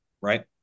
right